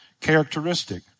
characteristic